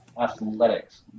Athletics